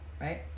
right